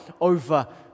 over